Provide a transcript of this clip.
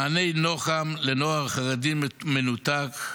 מעני נוח"מ לנוער חרדי מנותק,